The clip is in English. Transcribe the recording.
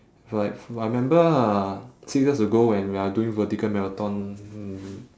like I remember ah six years ago when we are doing vertical marathon